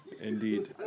Indeed